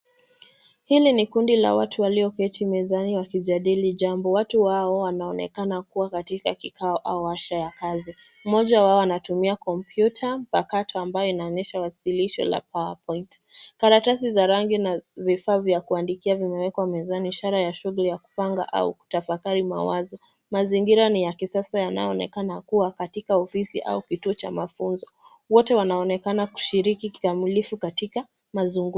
Hili ni kundi la watu walioketi mezani wakijadili jambo. Watu wao wanaonekana kuwa katika kikao au washa wa kazi. Mmoja wao anatumia kompyuta mpakato ambayo inaonyesha wasilisho la powerpoint™ . Karatasi za rangi na vifaa vya kuandikia vimewekwa mezani ishara ya shughuli ya kupanga au kutafakari mawazo. Mazingira ni ya kisasa yanaonekana kuwa katika ofisi au kituo cha mafunzo. Wote wanaonekana kushiriki kikamilifu katika mazungumzo.